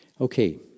Okay